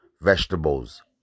vegetables